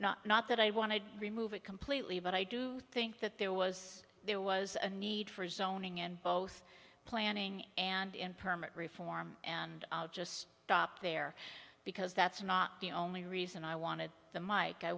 be not that i want to remove it completely but i do think that there was there was a need for zoning in both planning and in permit reform and i'll just stop there because that's not the only reason i wanted the mike i